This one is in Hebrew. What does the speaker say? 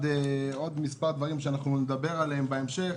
עוד מספר דברים שנדבר עליהם בהמשך,